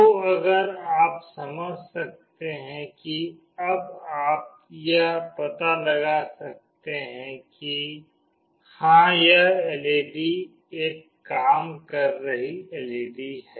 तो अगर आप समझ सकते हैं कि अब आप यह पता लगा सकते हैं कि हाँ यह एलईडी एक काम कर रही एलईडी है